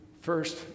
first